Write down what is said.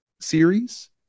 series